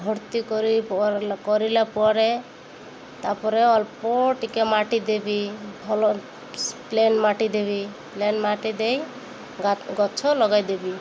ଭର୍ତ୍ତି କରି କରିଲା ପରେ ତାପରେ ଅଳ୍ପ ଟିକେ ମାଟି ଦେବି ଭଲ ପ୍ଲେନ୍ ମାଟି ଦେବି ପ୍ଲେନ୍ ମାଟି ଦେଇ ଗଛ ଲଗାଇ ଦେବି